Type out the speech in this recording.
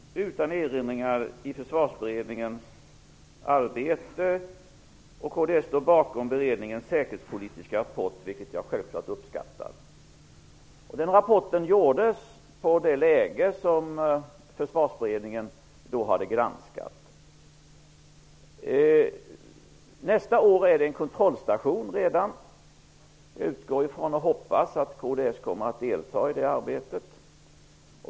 Fru talman! Kds deltog utan erinringar i Försvarsberedningens arbete, och kds står bakom beredningens säkerhetspolitiska rapport, vilket jag självfallet uppskattar. Den rapporten gällde det läge som Försvarsberedningen då hade granskat. Redan nästa år kommer en kontrollstation. Jag utgår ifrån och hoppas att kds kommer att delta i det arbetet.